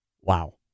Wow